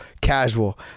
casual